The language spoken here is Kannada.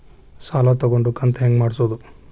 ಸಾಲ ತಗೊಂಡು ಕಂತ ಹೆಂಗ್ ಮಾಡ್ಸೋದು?